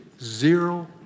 zero